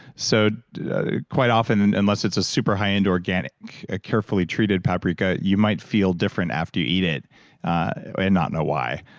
so quite often, and unless it's a super high-end organic, ah carefully treated paprika, you might feel different after you eat it and not know why.